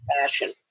fashion